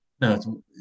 No